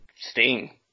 Sting